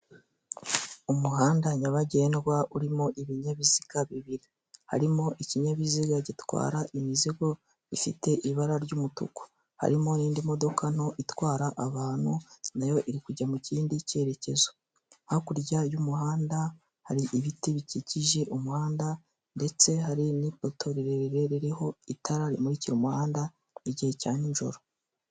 Umuhanda nyabagendwa urimo ibinyabiziga bibiri harimo ikinyabiziga gitwara imizigo gifite ibara ry'umutuku harimo n'indi modoka nto itwara abantu nayo iri kujya mu kindi cyerekezo hakurya y'umuhanda hari ibiti bikikije umuhanda ndetse hari n'ipoto rirerire ririho itara rimurikira umuhanda igihe cya nijoro.